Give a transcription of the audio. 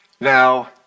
Now